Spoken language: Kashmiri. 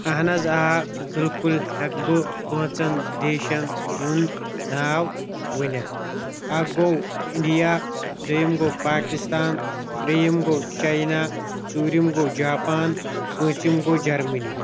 اہن حظ آ بالکُل ہٮ۪کہٕ بہٕ پانٛژن دیشن ہُنٛد ناو ؤنِتھ اکھ گوٚو انٛڈیا دٔیِم گوٚو پاکِستان ترٛیِم گوٚو چینا ژوٗرِم گوٚو جاپان پوٗژِم گوٚو جرمنی